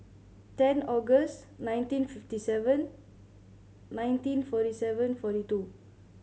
ten August nineteen fifty seven nineteen forty seven forty two